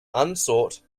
unsought